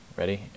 ready